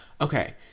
Okay